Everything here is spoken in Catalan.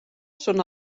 són